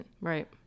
Right